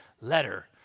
letter